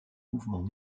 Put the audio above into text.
mouvements